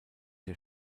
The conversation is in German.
der